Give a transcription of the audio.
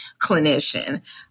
clinician